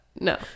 no